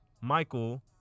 Michael